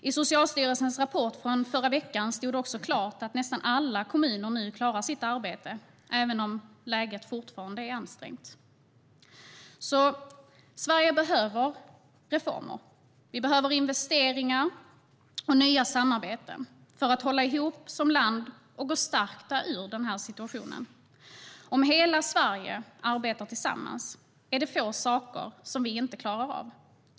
I Socialstyrelsens rapport från förra veckan stod det också klart att nästan alla kommuner nu klarar sitt arbete, även om läget fortfarande är ansträngt. Sverige behöver reformer. Vi behöver investeringar och nya samarbeten för att hålla ihop som land och gå stärkta ur den här situationen. Om hela Sverige arbetar tillsammans är det få saker som vi inte klarar av.